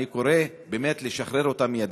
אני קורא באמת לשחרר אותה מייד.